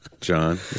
John